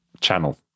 channel